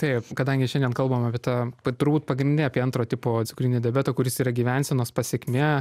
taip kadangi šiandien kalbam apie tą turbūt pagrinde apie antro tipo cukrinį diabetą kuris yra gyvensenos pasekmė